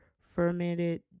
fermented